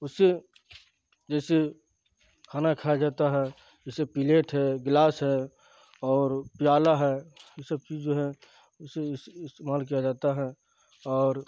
اسے جیسے کھانا کھایا جاتا ہے جیسے پلیٹ ہے گلاس ہے اور پیالا ہے یہ سب چیز جو ہے اسے اس استعمال کیا جاتا ہے اور